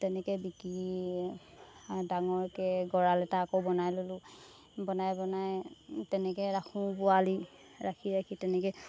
তেনেকৈ বিকি ডাঙৰকৈ গঁৰাল এটা আকৌ বনাই ল'লোঁ বনাই বনাই তেনেকৈ ৰাখোঁ পোৱালি ৰাখি ৰাখি তেনেকৈ